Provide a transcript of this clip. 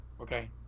okay